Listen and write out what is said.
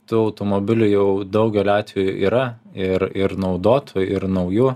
tų automobilių jau daugeliu atvejų yra ir ir naudotų ir naujų